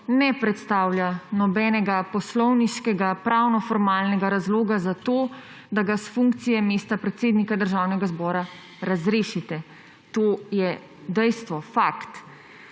ne predstavlja nobenega poslovniškega pravnoformalnega razloga za to, da ga s funkcije mesta predsednika Državnega zbora razrešite. To je dejstvo, fakt.